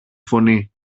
φωνή